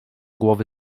głowy